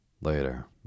Later